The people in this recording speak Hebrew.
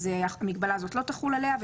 אז המגבלה הזאת לא תחול עליה.